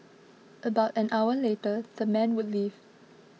about an hour later the men would leave